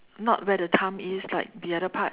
not where the thumb is like the other part